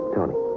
Tony